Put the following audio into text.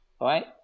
right